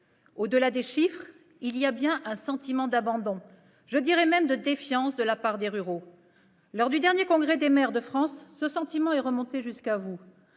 Au-delà des chiffres, il y a bien un sentiment d'abandon, je dirai même de défiance, de la part des ruraux. Lors du dernier congrès des maires de France, ce sentiment est remonté jusqu'à vous.